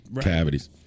cavities